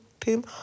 team